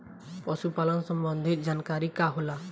पशु पालन संबंधी जानकारी का होला?